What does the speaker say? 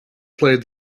played